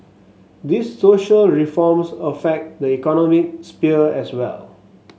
these social reforms affect the economic sphere as well